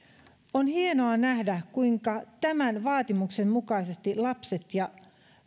on hienoa nähdä kuinka tämän vaatimuksen mukaisesti lapset ja